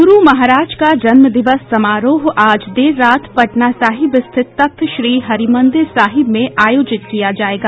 गुरू महाराज का जन्मदिवस समारोह आज देर रात पटना साहिब स्थित तख्तश्री हरिमंदिर साहिब में आयोजित किया जायेगा